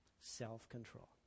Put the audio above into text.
self-control